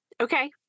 Okay